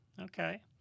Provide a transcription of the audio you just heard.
Okay